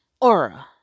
aura